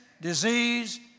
disease